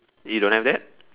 you don't have that